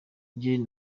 gen